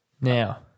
Now